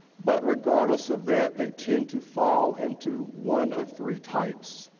but regardless of that, they tend to fall into one of three types.